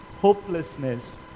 Hopelessness